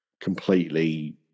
completely